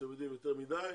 אתם יודעים, יותר מדי.